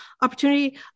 opportunity